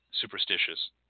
superstitious